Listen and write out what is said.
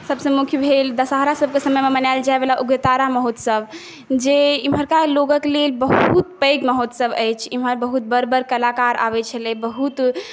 सबसँ मुख्य भेल दशहरा सबके समयमे मनाएल जाइवला उग्रतारा महोत्सव जे इमहरका लोकके लेल बहुत पैघ महोत्सव अछि इमहर बहुत बड़ बड़ कलाकार आबै छलै बहुत